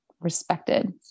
respected